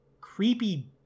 creepy